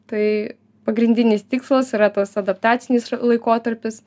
tai pagrindinis tikslas yra tas adaptacinis laikotarpis